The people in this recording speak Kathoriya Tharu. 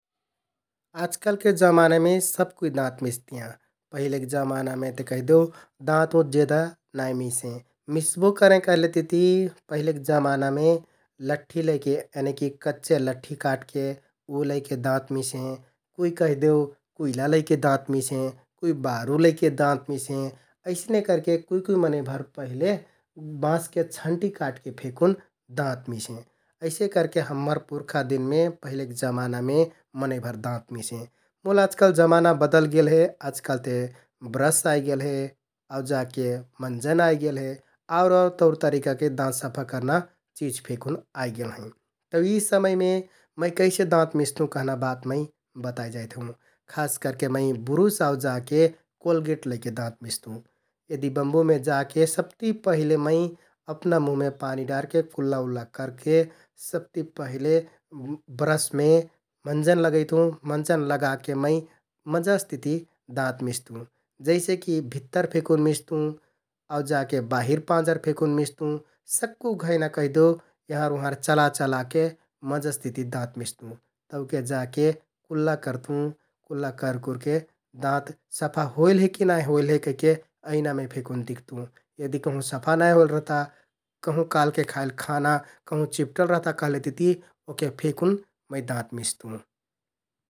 आजकालके जमानामे सबकुइ दाँत मिस्तियाँ । पहिलेक जमानामे ते कैहदेउ दाँतउँत जेदा नाइ मिसें । मिस्बो करें कहलेतिति पहिलेक जमानामे लट्ठि लैके यनिकि कच्चे लट्ठि काटके उ लैके दाँत मिसें । कुइ कैहदेउ कुइला लैके दाँत मिसें, कुइ बारु लैके दाँत मिसें । अइसने करके कुइ कुइ मनैंभर पहिले बाँसके छन्टि काटके फेकुन दाँत मिसें । अइसे करके हम्मर पुरखादिनमे पहिलेक जमानामे मनैंभर दाँत मिसें मुल आजकाल जमाना बदलगेल हे । आजकाल ते ब्रस आइगेल हे आउ जाके मन्जन आइगेल हे । आउर आउर तौरतरिकाके दाँत सफा करना चिज फेकुन आइगेल हैं । तौ यि समयमे मै कैसे दाँत मिस्तुँ कहना बात मै बताइ जाइत हुँ । खास करके मै बुरुस आउ जाके कोलगेट लैके दाँत मिस्तुँ । यदि बम्बुमे जाके सबति पहिले मै अपना मुहमे पानी डारके कुल्लाउल्ला करके सबति पहिले ब्रसमे मन्जन लगैतुँ । मन्जन लगाके मै मजस तिति दाँत मिस्तुँ । जैसेकि भित्तर फेकुन मिस्तुँ आउ जाके बाहिर पाँजर फेकुन मिस्तुँ । सक्कु घैंना कहिदेउ यहँर उहँर चला चलाके मजस तिति दाँत मिस्तुँ तौके जाके कुल्ला करतुँ । कुल्ला करकुरके दाँत सफा होइल हे कि नाइ होइल हे कहिके ऐनामे फेकुन दिख्तुँ । यदि कहुँ सफा नाइ होइल रहता, कहुँ काल्हके खाइल खाना कहुँ चिप्पटल रहता कहलेतिति ओहके फेकुन मै दाँत मिस्तुँ ।